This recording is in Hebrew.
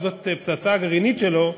שזאת הפצצה הגרעינית שלו,